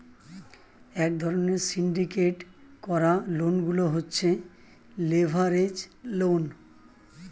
এক ধরণের সিন্ডিকেট করা লোন গুলো হচ্ছে লেভারেজ লোন